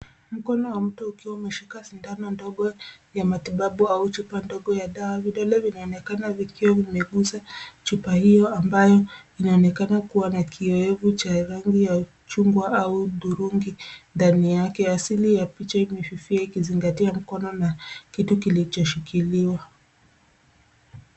Mkono wa mtu ukiwa umeshika sindano ndogo ya matibabu au chupa ndogo ya dawa. Vidole vinaonekana vikiwa vimegusa chupa hiyo ambayo inaonekana kuwa na kiowevu cha rangi ya chungwa au hudhurungi ndani yake. Asili ya picha imefifia ikizingatia mkono na kitu kilichoshikiliwa.